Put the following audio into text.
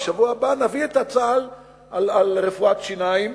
בשבוע הבא נביא את ההצעה על רפואת שיניים